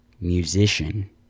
musician